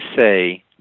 say